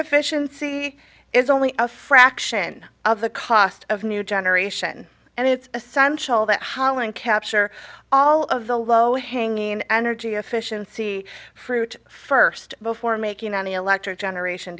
is only a fraction of the cost of a new generation and it's essential that holland capture all of the low hanging energy efficiency fruit first before making any electric generation